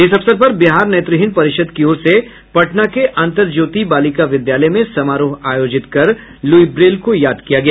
इस अवसर पर बिहार नेत्रहीन परिषद् की ओर से पटना के अंतर्ज्योति बालिका विद्यालय में समारोह आयोजित कर लुई ब्रेल को याद किया गया